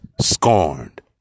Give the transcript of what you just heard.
scorned